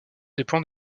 dépend